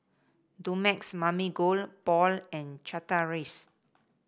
Dumex Mamil Gold Paul and Chateraise